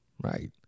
Right